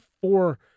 four